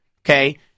Okay